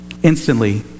Instantly